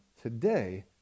today